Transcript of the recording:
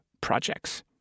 projects